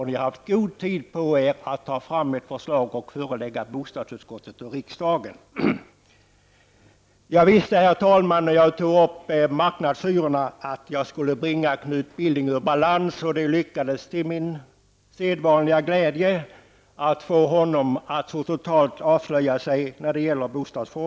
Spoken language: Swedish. Ni har haft god tid på er att ta fram ett förslag och förelägga bostadsutskottet och riksdagen. Herr talman! Jag visste när jag tog upp marknadshyrorna att jag skulle bringa Knut Billing ur balans. Det lyckades mig till min sedvanliga glädje att få honom att så totalt avslöja sig när det gäller bostadsfrågan.